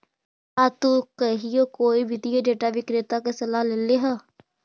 का तु कहियो कोई वित्तीय डेटा विक्रेता के सलाह लेले ह?